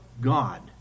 God